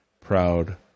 proud